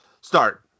start